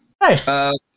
Nice